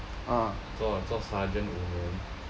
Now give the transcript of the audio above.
做做 sergeant 五年